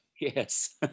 Yes